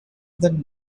then